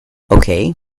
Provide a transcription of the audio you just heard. okay